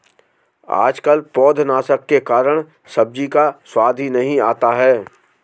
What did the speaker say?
आजकल पौधनाशक के कारण सब्जी का स्वाद ही नहीं आता है